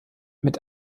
mit